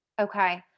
Okay